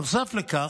נוסף על כך,